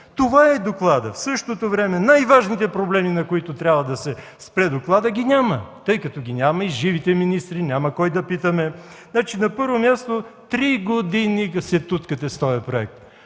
Това е докладът. В същото време най-важните проблеми, на които трябва да се спре докладът, ги няма, а тъй като ги няма и живите министри, няма кой да питаме. На първо място, 3 години се туткате с този проект